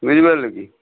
ବୁଝିପାରିଲେ କି